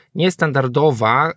niestandardowa